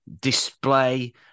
display